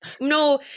no